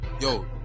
Yo